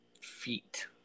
feet